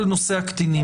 כל נושא הקטינים.